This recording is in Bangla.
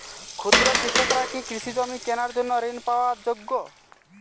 ক্ষুদ্র কৃষকরা কি কৃষিজমি কেনার জন্য ঋণ পাওয়ার যোগ্য?